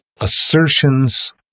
assertions